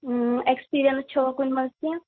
experience چھِوٕ کُنہِ منٛز کیٚنٛہہ